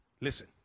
Listen